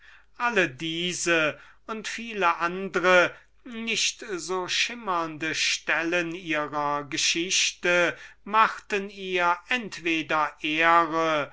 alle diese und viele andre nicht so schimmernde stellen ihrer geschichte machten ihr entweder ehre